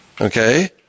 Okay